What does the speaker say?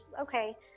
okay